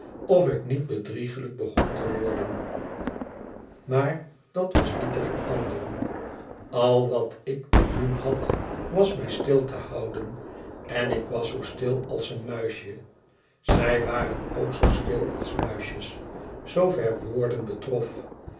of ik niet bedriegehjk begon te worden maar dat was niet te veranderen al wat ik te doen had was mij stil te houden en ik was zoo stil als een muisje zij waren ook zoo stil als muisjes zoover woorden betrof